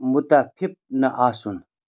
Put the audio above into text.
مُتفِف نہٕ آسُن